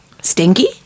Stinky